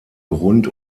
grund